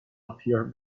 appear